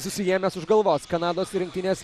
susiėmęs už galvos kanados rinktinės